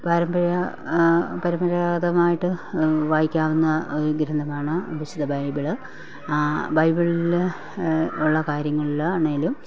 പാരമ്പര്യ പരമ്പരാഗതമായിട്ട് വായിക്കാവുന്ന ഒരു ഗ്രന്ഥങ്ങളാണ് വിശുദ്ധ ബൈബിള് ബൈബിളില് ഉള്ള കാര്യങ്ങളില് ആണേലും